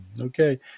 Okay